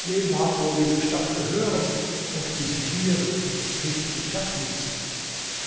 wem mag wohl diese stadt gehören und diese tiere die mich nicht in die stadt ließen